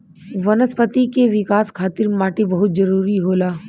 वनस्पति के विकाश खातिर माटी बहुत जरुरी होला